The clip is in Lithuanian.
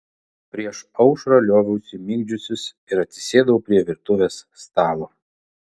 prieš aušrą lioviausi migdžiusis ir atsisėdau prie virtuvės stalo